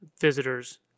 visitors